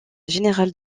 général